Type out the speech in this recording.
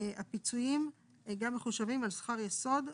הפיצויים גם מחושבים על שכר יסוד,